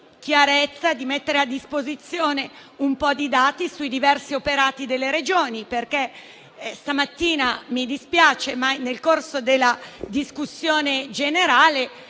chiarezza, di mettere a disposizione alcuni dati sui diversi operati delle Regioni. Stamattina - mi dispiace - nel corso della discussione generale